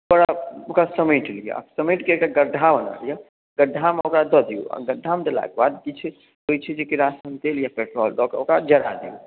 ओकरा समेट लिअ आ समेटके एकटा गड्ढा बना लिअ गड्ढामे ओकरा दऽ दिऔ आ गड्ढामे देलाके बाद की होइत छै होइत छै जे किरासन तेल या पेट्रोल दऽ के ओकरा जरा दिऔ